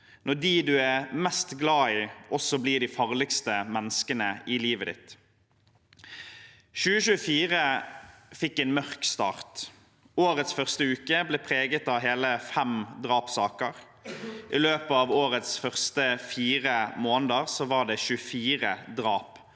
når de du er mest glad i, også blir de farligste menneskene i livet ditt? Året 2024 fikk en mørk start. Den første uken ble preget av hele fem drapssaker. I løpet av årets første fire måneder var det 24 drap.